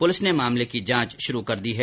police ने मामले की जांच शुरू कर दी है